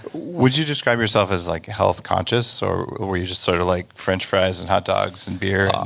would you describe yourself as like health conscious or were you just sort of like french fries and hot dogs and beer?